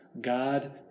God